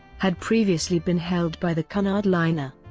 had previously been held by the cunard liner.